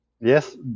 Yes